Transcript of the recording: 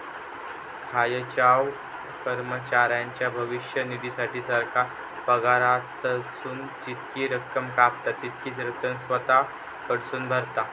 खायच्याव कर्मचाऱ्याच्या भविष्य निधीसाठी, सरकार पगारातसून जितकी रक्कम कापता, तितकीच रक्कम स्वतः कडसून भरता